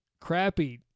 crappy